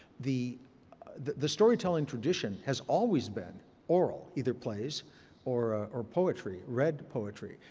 the the storytelling tradition has always been oral, either plays or or poetry, read poetry.